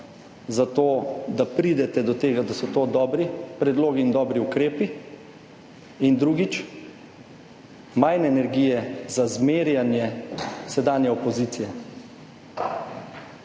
za to, da pridete do tega, da so to dobri predlogi in dobri ukrepi, in drugič, manj energije za zmerjanje sedanje opozicije.